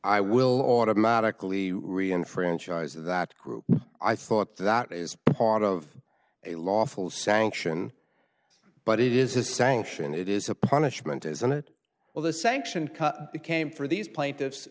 i will automatically re enfranchise of that group i thought that is part of a lawful sanction but it is a sanction it is a punishment isn't it well the sanction became for these plaintiffs